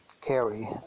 carry